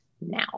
now